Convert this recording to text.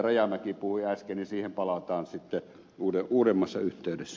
rajamäki puhui äsken palataan sitten uudemmassa yhteydessä